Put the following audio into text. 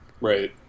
Right